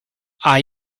are